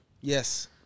Yes